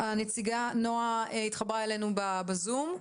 הנציגה נועה התחברה אלינו בזום.